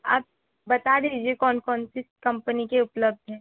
आप बता दीजिए कौन कौन से कंपनी के उपलब्ध हैं